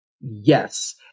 Yes